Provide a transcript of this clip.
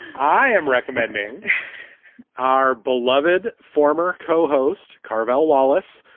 i am recommending our beloved former co-host, carvelle wallis.